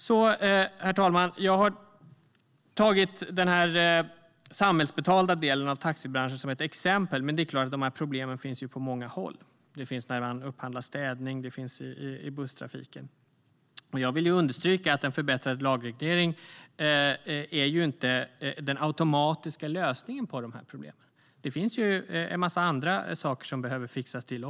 Herr talman! Jag har tagit den samhällsbetalda delen av taxibranschen som ett exempel, men dessa problem finns givetvis på många håll, till exempel vid upphandling av städning och busstrafik. Jag vill understryka att en förbättrad lagreglering inte automatiskt löser dessa problem. Det är mycket annat som behöver fixas också.